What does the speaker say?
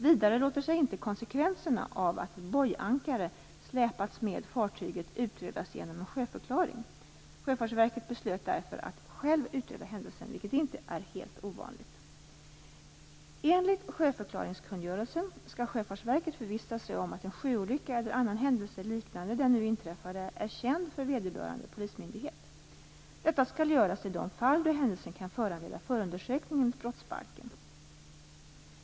Vidare låter sig inte konsekvenserna av att ett bojankare släpats med fartyget utredas genom en sjöförklaring. Sjöfartsverket beslöt därför att självt utreda händelsen, vilket inte är helt ovanligt. Enligt sjöförklaringskungörelsen skall Sjöfartsverket förvissa sig om att en sjöolycka eller annan händelse liknande den nu inträffade är känd för vederbörande polismyndighet. Detta skall göras i de fall då händelsen kan föranleda förundersökning enligt brottsbalken.